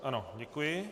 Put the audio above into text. Ano, děkuji.